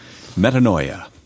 metanoia